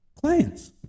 clients